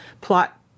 plot